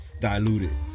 diluted